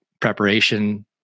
preparation